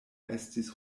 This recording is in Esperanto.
estis